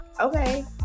Okay